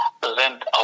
present